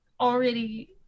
already